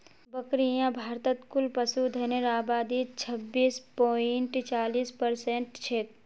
बकरियां भारतत कुल पशुधनेर आबादीत छब्बीस पॉइंट चालीस परसेंट छेक